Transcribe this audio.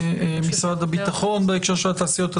של משרד הביטחון בהקשר של התעשיות.